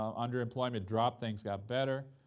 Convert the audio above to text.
um underemployment dropped, things got better.